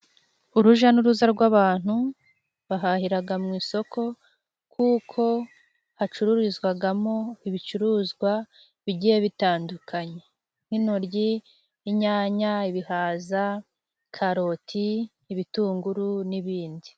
Uruja n'uruza rw'abantu bahahiraga mu isoko kuko hacururizwagamo ibicuruzwa bigiye bitandukanye, nk'intoryi, inyanya, ibihaza, karoti, ibitunguru n'ibindi.